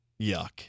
Yuck